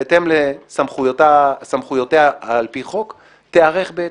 בהתאם לסמכויותיה על פי החוק, תיערך בהתאם.